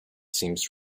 seems